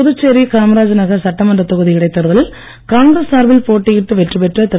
புதுச்சேரி காமராஜ் நகர் சட்டமன்றத் தொகுதி இடைத் தேர்தலில் காங்கிரஸ் சார்பில் போட்டியிட்டு வெற்றிபெற்ற திரு